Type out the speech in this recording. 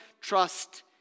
trust